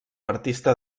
artista